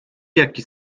jaki